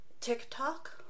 TikTok